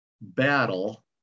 battle